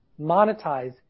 monetize